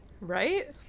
Right